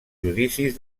judicis